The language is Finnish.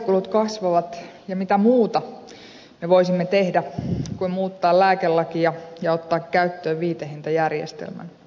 lääkekulut kasvavat mitä muuta me voisimme tehdä kuin muuttaa lääkelakia ja ottaa käyttöön viitehintajärjestelmän